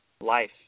life